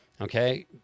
Okay